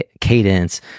cadence